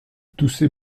toussait